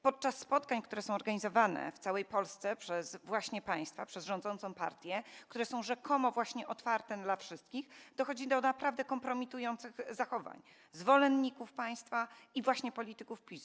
Podczas spotkań, które są organizowane w całej Polsce przez właśnie państwa, przez rządzącą partię, które są rzekomo otwarte dla wszystkich, dochodzi do naprawdę kompromitujących zachowań zwolenników państwa i właśnie polityków PiS.